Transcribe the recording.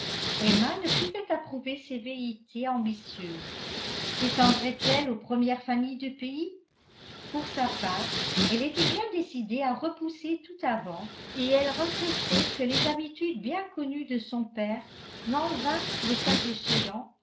emma ne pouvait approuver ces velléités ambitieuses sétendraient elles aux premières familles du pays pour sa part elle était bien décidée à repousser toute avance et elle regrettait que les habitudes bien connues de son père n'enlevassent le cas échéant